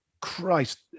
Christ